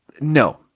No